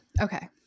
okay